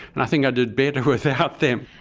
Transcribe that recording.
and i think i did better without them.